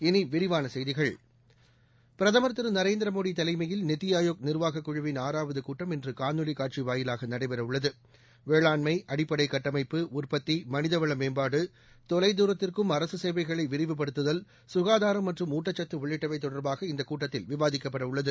இனி விரிவான செய்திகள் பிரதம் திரு நரேந்திர மோடி தலைமையில் நித்தி ஆயோக் நிா்வாகக் குழுவின் ஆறாவது கூட்டம் இன்று காணொளி காட்சி வாயிலாக நடைபெற உள்ளது வேளாண்மை அடிப்படை கட்டமைப்பு உற்பத்தி மனிதவள மேம்பாடு தொலைத் தூரத்திற்கும் அரசு சேவைகளை விரிவுப்படுத்துதல் சுகாதாரம் மற்றும் ஊட்டச்சத்து உள்ளிட்டவை தொடர்பாக இந்தக் கூட்டத்தில் விவாதிக்கப்பட உள்ளது